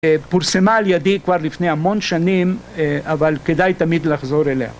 פורסמה על ידי כבר לפני המון שנים, אבל כדאי תמיד לחזור אליה.